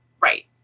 Right